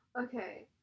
Okay